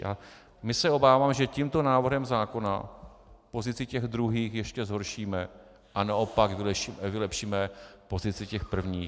A my se obáváme, že tímto návrhem zákona pozici těch druhých ještě zhoršíme a naopak vylepšíme pozici těch prvních.